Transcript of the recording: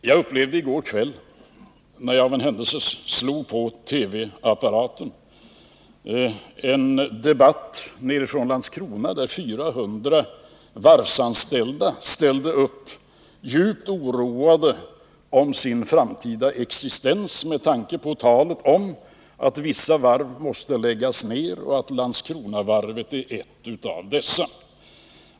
Jag upplevde i går kväll, när jag av en händelse slog på TV-apparaten, en debatt från Landskrona där 400 varvsanställda ställde upp djupt oroade över sin framtida existens, med tanke på talet om att vissa varv måste läggas ned och att Landskronavarvet är ett av dessa.